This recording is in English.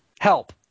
Help